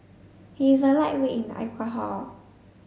he is a lightweight in alcohol